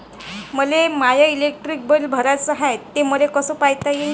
मले माय electric bill भराचं हाय, ते मले कस पायता येईन?